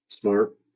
Smart